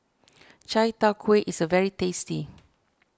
Chai Tow Kway is very tasty